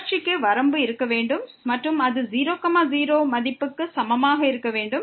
தொடர்ச்சிக்கு வரம்பு இருக்க வேண்டும் மற்றும் அது 0 0 மதிப்புக்கு சமமாக இருக்க வேண்டும்